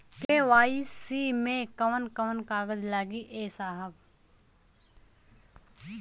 KYC मे कवन कवन कागज लगी ए साहब?